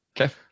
Okay